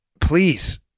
please